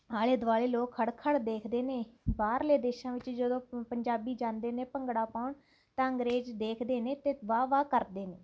ਆਲੇ ਦੁਆਲੇ ਲੋਕ ਖੜ੍ਹ ਖੜ੍ਹ ਦੇਖਦੇ ਨੇ ਬਾਹਰਲੇ ਦੇਸ਼ਾਂ ਵਿੱਚ ਜਦੋਂ ਪੰਜਾਬੀ ਜਾਂਦੇ ਨੇ ਭੰਗੜਾ ਪਾਉਣ ਤਾਂ ਅੰਗਰੇਜ਼ ਦੇਖਦੇ ਨੇ ਅਤੇ ਵਾਹ ਵਾਹ ਕਰਦੇ ਨੇ